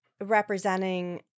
representing –